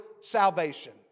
salvation